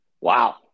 wow